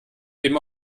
eben